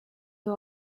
you